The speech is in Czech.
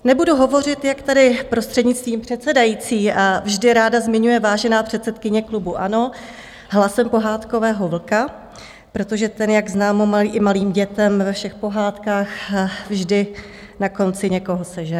Nebudu hovořit, jak tady, prostřednictvím předsedající, vždy ráda zmiňuje vážená předsedkyně klubu ANO, hlasem pohádkového vlka, protože ten, jak známo i malým dětem, ve všech pohádkách vždy na konci někoho sežere.